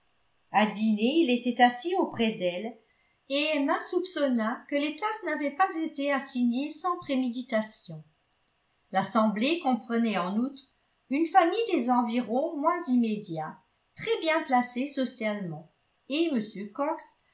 à dîner il était assis auprès d'elle et emma soupçonna que les places n'avaient pas été assignées sans préméditation l'assemblée comprenait en outre une famille des environs moins immédiats très bien placée socialement et m cox